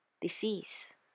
disease